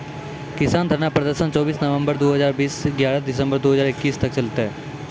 किसान धरना प्रदर्शन चौबीस नवंबर दु हजार बीस स ग्यारह दिसंबर दू हजार इक्कीस तक चललै